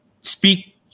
speak